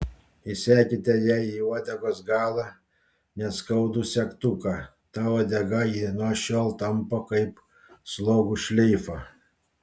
įsekite jai į uodegos galą neskaudų segtuką tą uodegą ji nuo šiol tampo kaip slogų šleifą